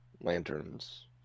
lanterns